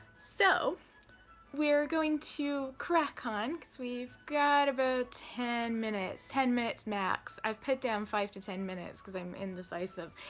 so we're going to crack on because we've got about ten minutes, ten minutes max, i've put down five to ten minutes because i'm indecisive.